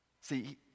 See